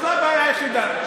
זאת הבעיה היחידה.